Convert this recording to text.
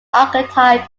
archetype